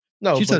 No